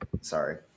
Sorry